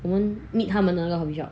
我们 meet 他们那个 coffeeshop